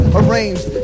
arranged